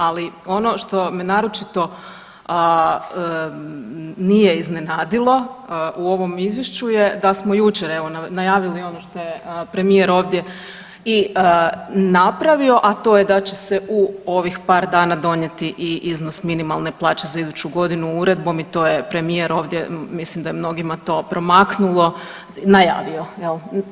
Ali ono što me naročito nije iznenadilo u ovom izvješću je da smo jučer evo najavili ono što je premijer ovdje i napravio, a to je da će se u ovih par dana donijeti i iznos minimalne plaće za iduću godinu uredbom i to je premijer ovdje mislim da je mnogima to promaknulo najavio jel.